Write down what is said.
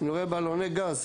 ואני רואה באוטו בלוני גז,